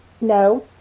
no